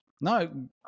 No